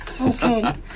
Okay